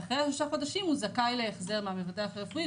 ואחרי שלושה חודשים הוא זכאי להחזר מהמבטח הרפואי,